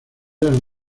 eran